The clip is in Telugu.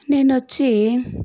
నేను వచ్చి